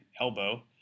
elbow